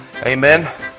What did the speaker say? Amen